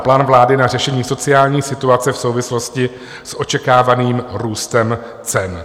Plán vlády na řešení sociální situace v souvislosti s očekávaným růstem cen.